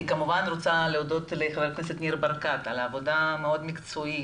אני כמובן רוצה להודות לחבר הכנסת ניר ברקת על העבודה המאוד מקצועית.